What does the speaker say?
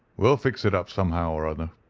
we'll fix it up somehow or another.